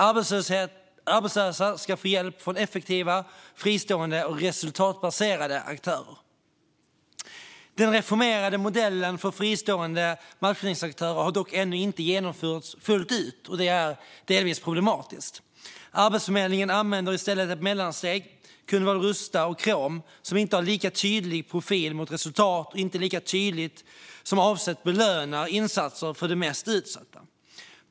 Arbetslösa ska få hjälp från effektiva, fristående och resultatbaserade aktörer. Den reformerade modellen för fristående matchningsaktörer har dock ännu inte genomförts fullt ut, och det är delvis problematiskt. Arbetsförmedlingen använder i stället ett mellansteg, Kundval Rusta och Matcha, "Krom", som inte har en lika tydlig profil mot resultat och inte lika tydligt som avsett belönar insatser för de mest utsatta.